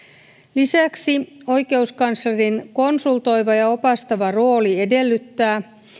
lisäksi oikeuskanslerin konsultoiva ja opastava rooli edellyttää